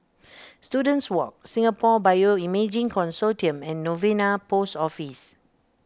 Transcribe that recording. Students Walk Singapore Bioimaging Consortium and Novena Post Office